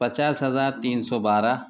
پچاس ہزار تین سو بارہ